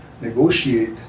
negotiate